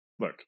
look